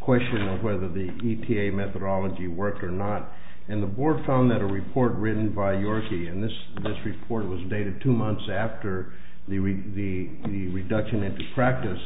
question of whether the e p a methodology work or not and the board found that a report written by your feet and this was reported was dated two months after the re the reduction in practice